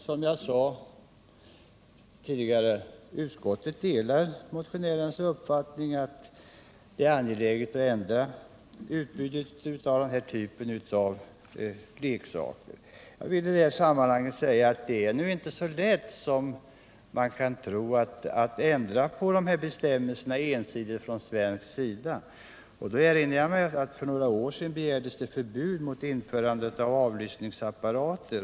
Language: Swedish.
Som jag sade tidigare delar utskottet motionärernas uppfattning att det är angeläget att ändra utbudet av den här typen av leksaker. Men det är inte så lätt som man skulle kunna tro att från svensk sida ensidigt ändra på bestämmelserna. Jag erinrar mig att det för några år sedan krävdes förbud mot införande av avlyssningsapparater.